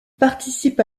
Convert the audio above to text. participe